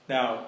Now